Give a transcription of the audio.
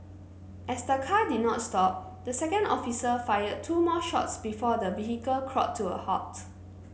as the car did not stop the second officer fired two more shots before the vehicle crawled to a halt